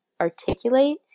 articulate